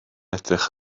edrych